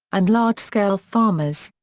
and large-scale farmers.